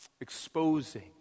exposing